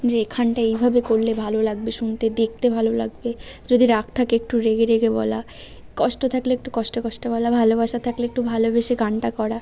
যে এখানটায় এইভাবে করলে ভালো লাগবে শুনতে দেখতে ভালো লাগবে যদি রাগ থাকে একটু রেগে রেগে বলা কষ্ট থাকলে একটু কষ্ট কষ্ট বলা ভালোবাসা থাকলে একটু ভালোবেসে গানটা করা